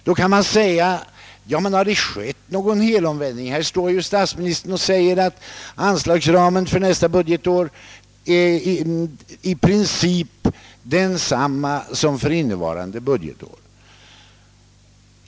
Man kan då fråga sig om någon helomvändning verkligen har skett. Här står statsministern och säger att anslagsramen för nästa budgetår i princip är densamma som för innevarande budgetår.